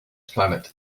planet